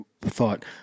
thought